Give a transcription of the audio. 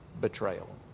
betrayal